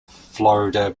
florida